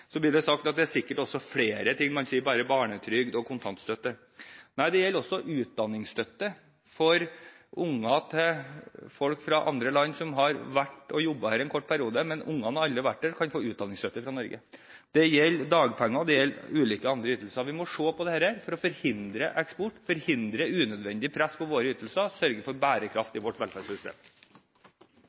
blir sagt at det sikkert også er flere ting, og at man bare nevner barnetrygd og kontantstøtte. Nei, det gjelder også utdanningsstøtte til barn av folk fra andre land, som har jobbet her en kort periode. De barna kan få utdanningsstøtte fra Norge, selv om de aldri har vært i Norge. Dette gjelder også dagpenger og ulike andre ytelser. Vi må se på dette for å forhindre eksport og unødvendig press på våre ytelser, og for å sørge for bærekraft i vårt velferdssystem.